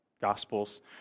Gospels